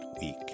week